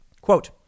Quote